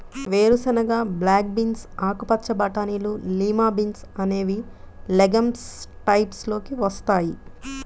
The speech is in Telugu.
వేరుశెనగ, బ్లాక్ బీన్స్, ఆకుపచ్చ బటానీలు, లిమా బీన్స్ అనేవి లెగమ్స్ టైప్స్ లోకి వస్తాయి